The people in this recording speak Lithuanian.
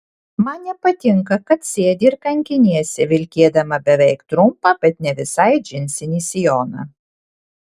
man nepatinka kad sėdi ir kankiniesi vilkėdama beveik trumpą bet ne visai džinsinį sijoną